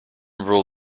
rule